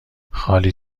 خالی